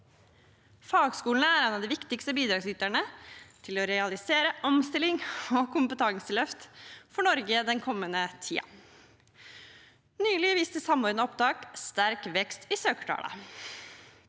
Fagskolene er en av de viktigste bidragsyterne til å realisere omstilling og kompetanseløft for Norge i den kommende tiden. Nylig viste Samordna opptak sterk vekst i søkertallene.